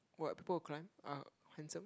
what people who climb are handsome